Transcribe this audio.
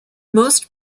most